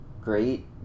great